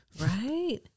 right